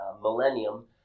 millennium